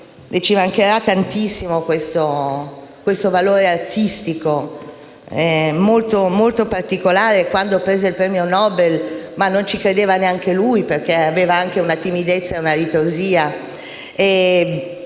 Ci mancherà tantissimo questo valore artistico molto particolare. Quando vinse il premio Nobel non ci credeva neanche lui, aveva timidezza e ritrosia: